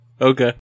Okay